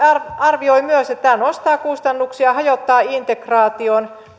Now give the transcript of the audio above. arvioi myös että tämä nostaa kustannuksia hajottaa integraation